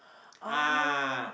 ah